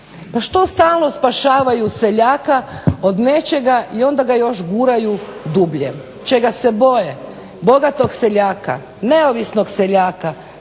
Pa što stalno spašavaju seljaka od nečega i onda ga još guraju dublje. Čega se boje? Bogatog seljaka, neovisnog seljaka,